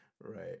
right